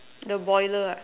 the boiler ah